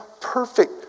perfect